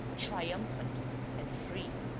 triumphant and free!